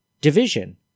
division